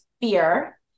fear